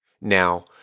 Now